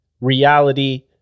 reality